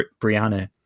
Brianna